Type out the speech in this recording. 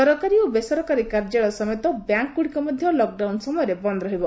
ସରକାରୀ ଓ ବେସରକାରୀ କାର୍ଯ୍ୟାଳୟ ସମେତ ବ୍ୟାଙ୍କ୍ଗୁଡ଼ିକ ମଧ୍ୟ ଲକ୍ଡାଉନ୍ ସମୟରେ ବନ୍ଦ୍ ରହିବ